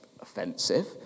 offensive